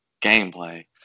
gameplay